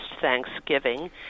Thanksgiving